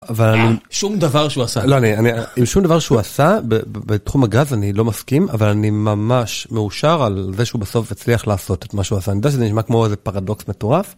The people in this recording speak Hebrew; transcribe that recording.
אבל שום דבר שהוא עשה לא נראה לי שום דבר שהוא עשה בתחום הגז אני לא מסכים. אבל אני ממש מאושר על זה שהוא בסוף הצליח לעשות את מה שהוא עשה. אני יודע שזה נשמע כמו איזה פרדוקס מטורף.